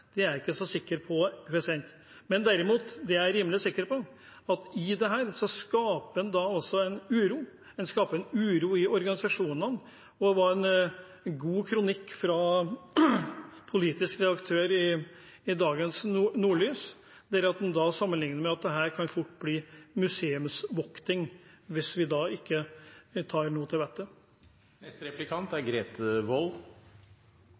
er jeg ikke så sikker på. Det jeg derimot er rimelig sikker på, er at i dette skaper en også uro. En skaper uro i organisasjonene. Det var en god kronikk fra politisk redaktør i dagens Nordlys, der man ved sammenlikning mente dette fort kan bli museumsvokting hvis vi ikke nå tar til